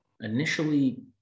initially